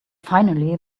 finally